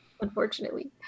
unfortunately